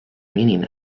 meaning